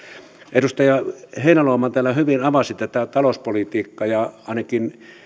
edustaja heinäluoma täällä hyvin avasi tätä talouspolitiikkaa ja ainakin